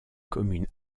communes